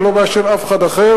זו לא בעיה של אף אחד אחר.